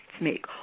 make